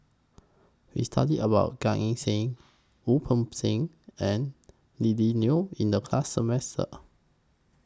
We studied about Gan Eng Seng Wu Peng Seng and Lily Neo in The class